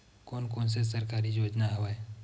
कोन कोन से सरकारी योजना हवय?